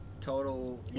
total